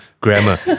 Grammar